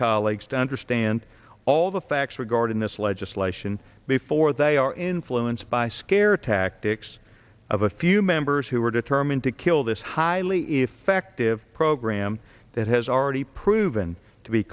colleagues to understand all the facts regarding this legislation before they are influenced by scare tactics of a few members who are determined to kill this highly effective program that has already proven to be